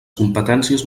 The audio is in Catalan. competències